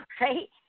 right